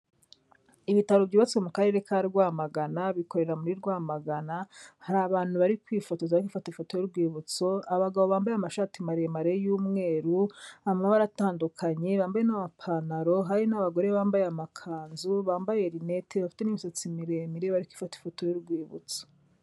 Ibitaro byubatse mu karere ka Rwamagana bikorera muri Rwamagana, hari abantu bari kwifotoza bari gufata ifoto y'urwibutso, abagabo bambaye amashati maremare y'umweru amabara atandukanye n'amapantaro hari n'abagore bambaye amakanzu, bambaye rineti bafite n'imisatsi miremire bari kwifata ifoto y'urwibutso.